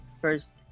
first